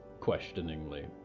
questioningly